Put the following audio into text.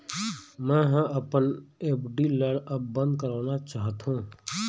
मै ह अपन एफ.डी ला अब बंद करवाना चाहथों